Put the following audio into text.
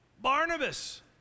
Barnabas